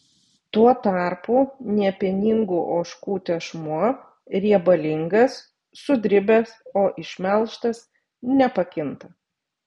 tuo tarpu nepieningų ožkų tešmuo riebalingas sudribęs o išmelžtas nepakinta